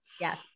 Yes